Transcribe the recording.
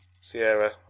Sierra